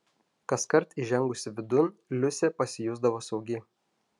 kaskart įžengusi vidun liusė pasijusdavo saugi